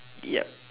yup